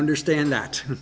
understand that